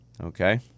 Okay